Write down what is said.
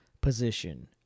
position